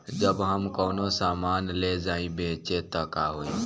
जब हम कौनो सामान ले जाई बेचे त का होही?